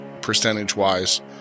percentage-wise